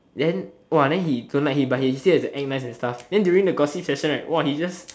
then !wah! then he don't like him but he still have to act nice and stuff then during the gossip session right !wah! he just